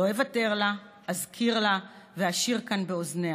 / לא אוותר לה, / אזכיר לה / ואשיר כאן באוזניה,